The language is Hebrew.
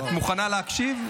את מוכנה להקשיב?